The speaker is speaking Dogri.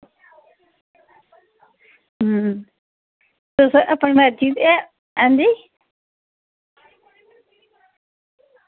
तुस अपनी मर्जी दे गै हां जी